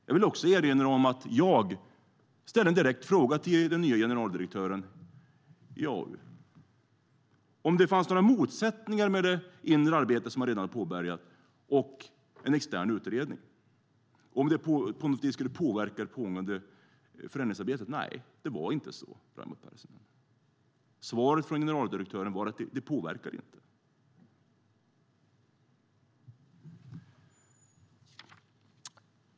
Jag vill också erinra om att jag ställde en direkt fråga i AU till den nye generaldirektören om huruvida det skulle finnas några motsättningar mellan det inre arbete som man redan påbörjat och en extern utredning och huruvida en sådan på något vis skulle påverka det pågående förändringsarbetet. Nej, det var inte så, Raimo Pärssinen. Svaret från generaldirektören var att det inte skulle påverka.